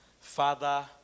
Father